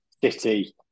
City